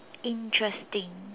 interesting